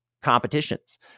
competitions